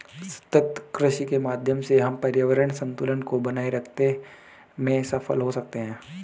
सतत कृषि के माध्यम से हम पर्यावरण संतुलन को बनाए रखते में सफल हो सकते हैं